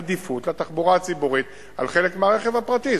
עדיפות לתחבורה הציבורית על חלק מהרכב הפרטי?